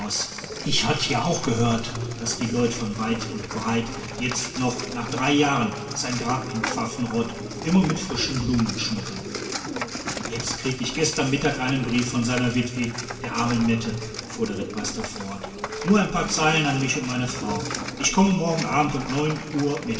ich hatt ja auch gehört daß die leute von weit und breit jetzt noch nach drei jahren sein grab in pfaffenrod immer mit frischen blumen schmücken jetzt krieg ich gestern mittag einen brief von seiner witwe der armen mette fuhr der rittmeister fort nur ein paar zeilen an mich und meine frau ich komme morgen abend um neun uhr